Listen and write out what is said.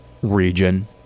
region